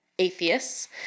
atheists